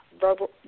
verbal